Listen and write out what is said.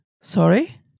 Sorry